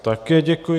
Také děkuji.